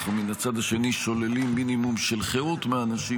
ומן הצד השני שוללים מינימום של חירות מהאנשים,